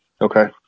Okay